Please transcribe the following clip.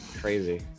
Crazy